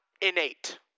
innate